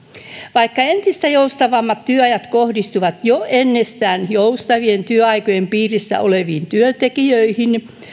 vaikka entistä joustavammat työajat kohdistuvat jo ennestään joustavien työaikojen piirissä oleviin työntekijöihin